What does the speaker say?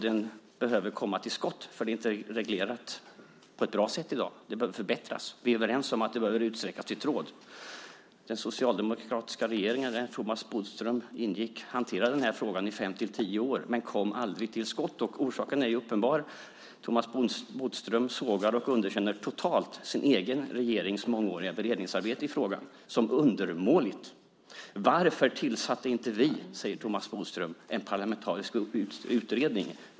Den behöver komma till skott. Det är inte reglerat på ett bra sätt i dag. Det behöver förbättras. Vi är överens om att det behöver utvidgas till tråd. Den socialdemokratiska regeringen, där Thomas Bodström ingick, hanterade den här frågan i fem-tio år, men kom aldrig till skott. Orsaken är uppenbar. Thomas Bodström sågar och underkänner totalt sin egen regerings mångåriga beredningsarbete i frågan som undermåligt. Varför tillsatte inte vi, säger Thomas Bodström, en parlamentarisk utredning.